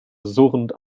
surrend